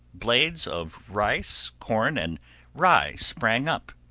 blades of rice, corn, and rye, sprang up.